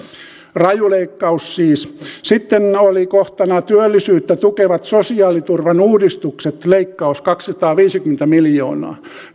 raju leikkaus siis sitten oli kohtana työllisyyttä tukevat sosiaaliturvan uudistukset leikkaus kaksisataaviisikymmentä miljoonaa